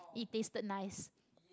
it tasted nice